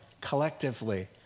collectively